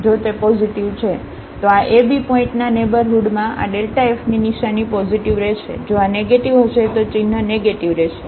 જો તે પોઝિટિવ છે તો આ ab પોઇન્ટના નેઇબરહુડમાં આ fની નિશાની પોઝિટિવ રહેશે જો આ નેગેટીવ હશે તો ચિન્હ નેગેટીવ રહેશે